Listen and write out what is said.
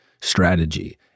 strategy